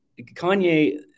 Kanye